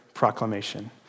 Proclamation